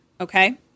Okay